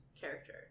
character